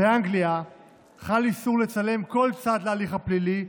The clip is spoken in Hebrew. באנגליה חל איסור לצלם כל צד להליך הפלילי,